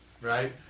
right